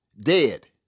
dead